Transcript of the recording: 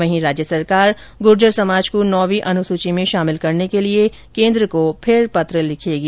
वहीं राज्य सरकार गुर्जर समाज को नौवीं अनुसूची में शामिल करने के लिए फिर कोन्द्र को पत्र लिखेगी